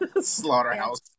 Slaughterhouse